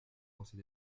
conseil